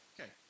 Okay